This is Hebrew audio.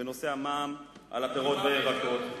בנושא המע"מ על פירות וירקות,